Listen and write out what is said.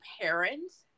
parents